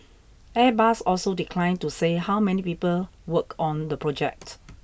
airbus also declined to say how many people work on the project